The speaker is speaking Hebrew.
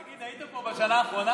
תגיד, היית פה בשנה האחרונה?